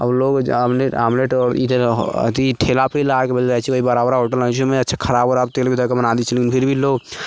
आओर लोग आमले आमलेट आओर ई जे रह अथि ठेलापर लगाके बेचै जाइ छै ओइमे खराब उराब तेल भी दे कऽ बना दै छै फिर भी लोग